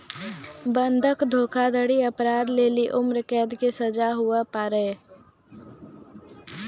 बंधक धोखाधड़ी अपराध लेली उम्रकैद रो सजा भी हुवै पारै